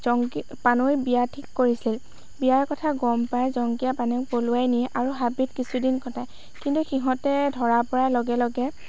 জংকী পানেইৰ বিয়া ঠিক কৰিছিল বিয়াৰ কথা গম পাই জংকীয়ে পানৈক পলুৱাই নিয়ে আৰু হাবিত কিছুদিন কটায় কিন্তু সিহঁতে ধৰা পৰাৰ লগে লগে